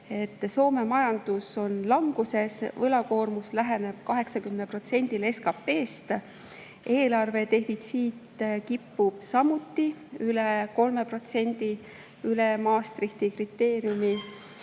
Soome majandus on languses, võlakoormus läheneb 80%‑le SKP‑st. Eelarvedefitsiit kipub samuti üle 3%, üle Maastrichti kriteeriumi